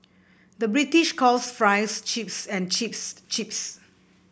the British calls fries chips and chips crisps